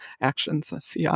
actions